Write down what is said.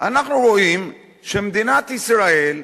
אנחנו רואים שמדינת ישראל היום,